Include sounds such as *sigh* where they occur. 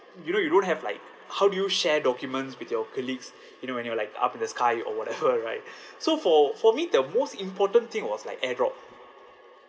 you know you don't have like how do you share documents with your colleagues you know when you're like up in the sky or whatever *laughs* right *breath* so for for me the most important thing was like airdrop